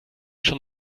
schon